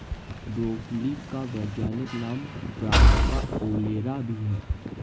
broccoli का वैज्ञानिक नाम ब्रासिका ओलेरा भी है